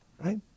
Right